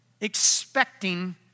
expecting